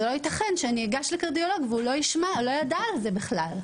לא ייתכן שאני אגש לקרדיולוג והוא בכלל לא יידע על זה.